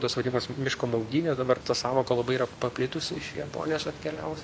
tos vadinamos miško maudynė dabar ta sąvoka labai yra paplitus iš japonijos atkeliavus